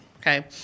okay